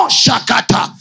shakata